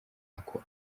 ako